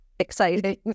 exciting